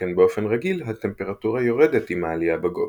שכן באופן רגיל הטמפרטורה יורדת עם העלייה בגובה.